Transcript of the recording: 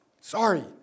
Sorry